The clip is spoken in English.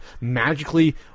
magically